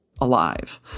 alive